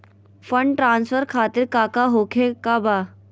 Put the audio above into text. Fund transfer खातिर काका होखे का बा?